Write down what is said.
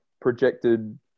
projected